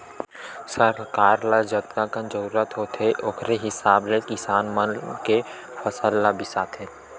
सरकार ल जतकाकन जरूरत होथे ओखरे हिसाब ले किसान मन के फसल ल बिसाथे